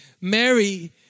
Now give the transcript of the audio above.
Mary